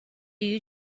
you